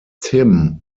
tim